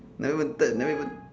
never touch never even